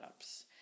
setups